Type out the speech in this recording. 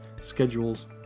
schedules